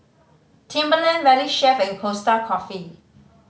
Timberland Valley Chef and Costa Coffee